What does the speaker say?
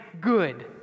good